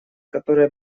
которая